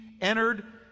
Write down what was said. entered